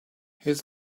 his